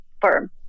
firm